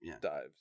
Dives